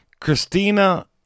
Christina